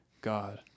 God